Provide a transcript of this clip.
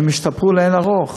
השתפרו לאין-ערוך.